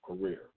career